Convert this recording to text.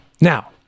Now